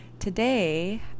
Today